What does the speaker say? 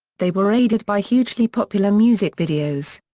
they were aided by hugely popular music videos.